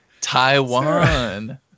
Taiwan